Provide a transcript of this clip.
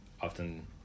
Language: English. often